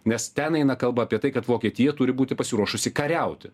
nes ten eina kalba apie tai kad vokietija turi būti pasiruošusi kariauti